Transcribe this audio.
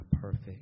perfect